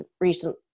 recent